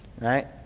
right